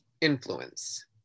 influence